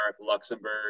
Luxembourg